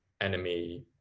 enemy